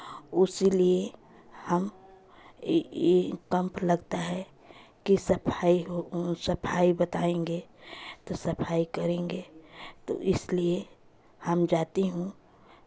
उसी लिए हम ये कैंप लगता है कि सफाई हो सफाई बताएँगे तो सफाई करेंगे तो इसलिए हम जाती हूँ